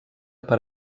per